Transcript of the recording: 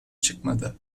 çıkmadı